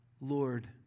Lord